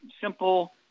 simple